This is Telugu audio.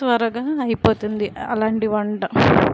త్వరగా అయిపోతుంది అలాంటి వంట